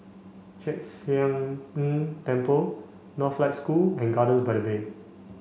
Chek Sian Tng Temple Northlight School and Gardens by the Bay